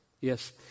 Yes